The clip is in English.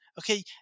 okay